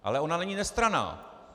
Ale ona není nestranná.